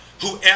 whoever